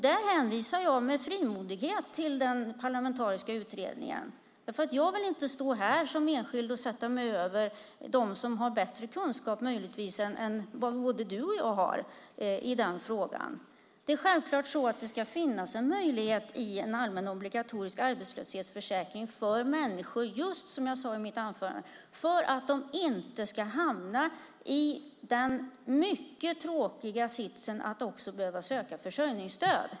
Där hänvisar jag med frimodighet till den parlamentariska utredningen, för jag vill inte som enskild stå här och sätta mig över dem som möjligtvis har bättre kunskap än vad både Josefin Brink och jag har i den frågan. Som jag sade i mitt anförande ska det i en allmän obligatorisk arbetslöshetsförsäkring självklart finnas en möjlighet så att människor inte ska hamna i den mycket tråkiga sitsen att också behöva söka försörjningsstöd.